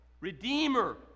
Redeemer